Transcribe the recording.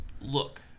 look